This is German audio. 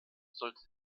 sollte